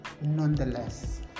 Nonetheless